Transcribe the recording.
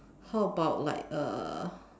how about like uh